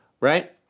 right